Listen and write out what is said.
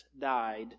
died